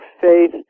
faith